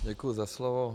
Děkuji za slovo.